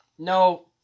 No